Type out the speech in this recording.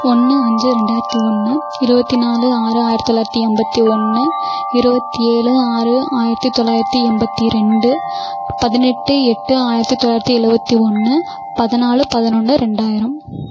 ஒன்று அஞ்சு ரெண்டாயிரத்து ஒன்று இருபத்து நாலு ஆறு ஆயிரத்து தொள்ளாயிரத்து ஐம்பத்து ஒன்று இருபத்து ஏழு ஆறு ஆயிரத்து தொள்ளாயிரத்து எண்பத்தி ரெண்டு பதினெட்டு எட்டு ஆயிரத்து தொள்ளாயிரத்து எழுபத்தி ஒன்று பதினாலு பதினொன்று ரெண்டாயிரம்